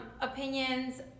opinions